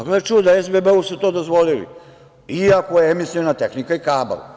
Gle čuda, SBB su to dozvolili, iako je emisiona tehnika i kabal.